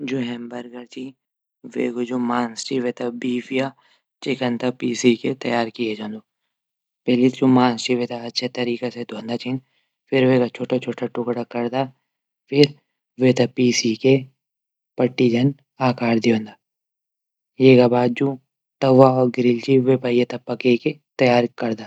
जू हैमबर्गर च वे कू जू मांस च वेथे बीफ या चिकन थै पीसी तैयार की जांदू। पैली जू मास च वे थे अछू तरीका से धोंधा छन। फिर वेका छुटा छुटा टुकडा करदा। फिर वेथे पीसी की पट्टी जन आकार दींद। एक बाद जू तवा गिरिल वेमा एथे पकैकी तैयार करदा।